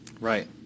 Right